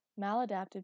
maladaptive